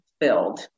filled